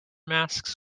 masks